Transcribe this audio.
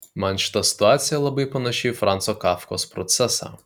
man šita situacija labai panaši į franco kafkos procesą